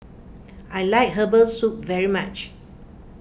I like Herbal Soup very much